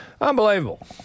Unbelievable